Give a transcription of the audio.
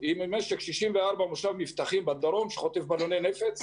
היא ממשק 64 ממושב מבטחים בדרום שחוטף בלוני נפץ